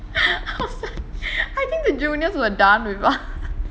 I was like I think the juniors were done with us